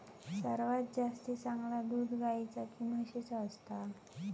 सर्वात जास्ती चांगला दूध गाईचा की म्हशीचा असता?